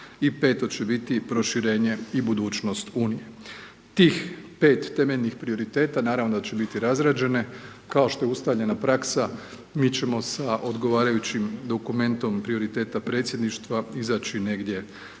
i peto će biti proširenje i budućnost unije. Tih 5 temeljnih prioriteta naravno da će biti razrađene, kao što je ustaljena praksa, mi ćemo sa odgovarajućim dokumentom prioriteta predsjedništva izaći negdje